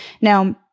Now